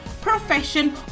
profession